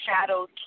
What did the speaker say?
shadows